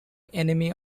enemy